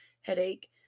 headache